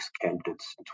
candidates